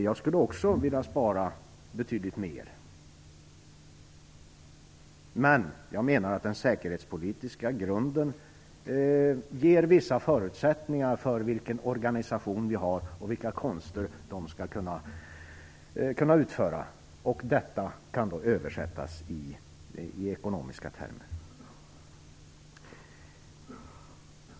Jag skulle också vilja spara betydligt mer, men jag menar att den säkerhetspolitiska grunden ger vissa förutsättningar för vilken organisation vi har och vilka konster den skall kunna utföra. Detta kan då översättas i ekonomiska termer.